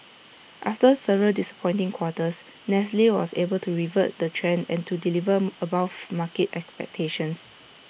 after several disappointing quarters nestle was able to revert the trend and to deliver above market expectations